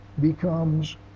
becomes